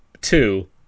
two